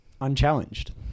unchallenged